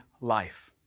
life